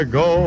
go